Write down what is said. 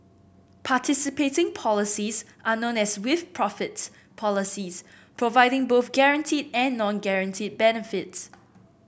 participating policies are known as with profits policies providing both guaranteed and non guaranteed benefits